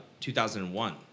2001